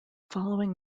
following